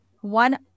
one